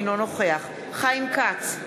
אינו נוכח חיים כץ,